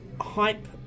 hype